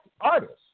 artists